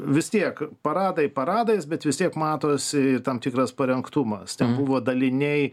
vis tiek paradai paradais bet vis tiek matosi tam tikras parengtumas nes ten buvo daliniai